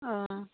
অঁ